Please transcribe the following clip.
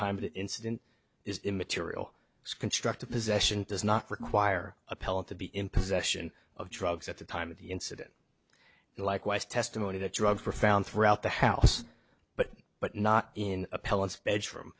the incident is immaterial as constructive possession does not require appellant to be in possession of drugs at the time of the incident likewise testimony that drugs were found throughout the house but not in a